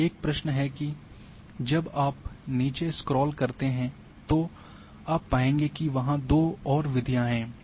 अब एक प्रश्न है कि जब आप नीचे स्क्रॉल करते हैं तो आप पाएंगे कि वहां दो और विधियां हैं